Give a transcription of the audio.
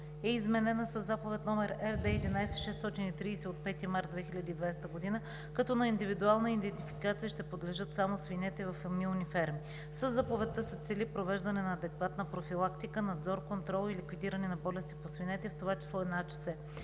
е изменена със Заповед № РД 11-630 от 5 март 2020 г., като на индивидуална идентификация ще подлежат само свинете във фамилни ферми. Със Заповедта се цели провеждане на адекватна профилактика, надзор, контрол и ликвидиране на болести по свинете, в това число и на